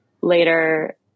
later